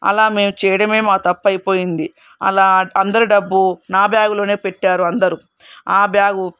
అలా మేము చేయడమే మా తప్పు అయిపోయింది అలా అందరి డబ్బు నా బ్యాగ్ లోనే పె ట్టారు అందరూ ఆ బ్యాగు